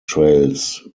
trails